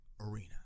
Arena